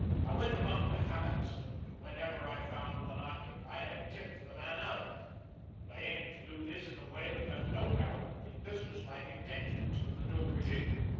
i went among the hammocks, and whenever i found one occupied i tipped the man out of it and i aimed to do this in a way that left no doubt of the business-like intentions of the new regime.